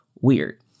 weird